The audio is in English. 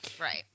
Right